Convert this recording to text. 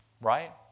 Right